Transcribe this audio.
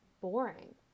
boring